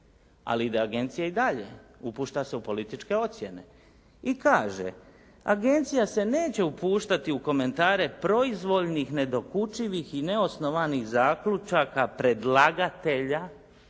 Ali da agencija i dalje upušta se u političke ocjene i kaže: "Agencija se neće upuštati u komentare proizvoljnih, nedokučivih i neosnovanih zaključaka predlagatelja